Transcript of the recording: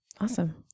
Awesome